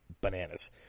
bananas